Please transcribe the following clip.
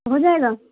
ہو جائے گا